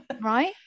right